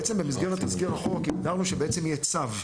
בעצם במסגרת הסדר החוק הגדרנו שיהיה צו.